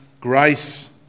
grace